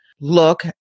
look